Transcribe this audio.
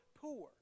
poor